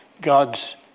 God's